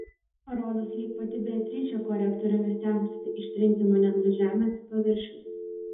rodos lyg pati beatričė korektoriumi stengtųsi ištrinti mane nuo žemės paviršiaus